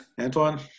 Antoine